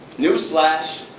newsflash!